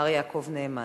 מר יעקב נאמן.